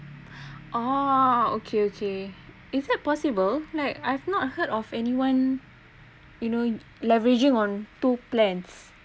oo okay okay is it possible like I've not heard of anyone you know leveraging on two plans